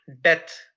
death